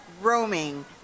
roaming